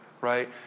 right